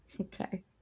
Okay